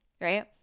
right